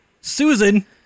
Susan